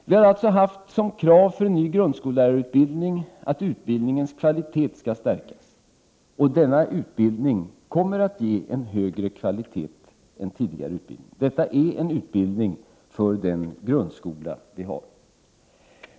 Vi har alltså haft som krav för en ny grundskollärarutbildning att utbildningens kvalitet skall stärkas, och denna utbildning kommer att ge en högre kvalitet än tidigare utbildning. Detta är en utbildning för den grundskola vi har.